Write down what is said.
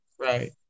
Right